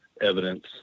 evidence